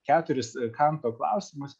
keturis kanto klausimus